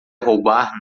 roubar